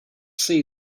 see